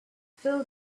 fill